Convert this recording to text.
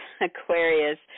Aquarius